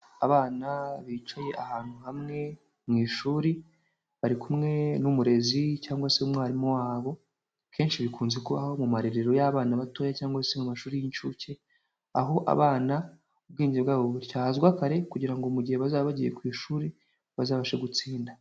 Abana bicaye ahantu hamwe mu ishuri, bari kumwe n'umurezi cyangwa se umwarimu wabo, akenshi bikunze kubaho mu marerero y'abana batoya cyangwa se mu mashuri y'inshuke, aho abana ubwenge bwabo butyazwa kare kugira ngo mu gihe bazaba bagiye ku ishuri bazabashe gutsinda.